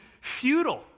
futile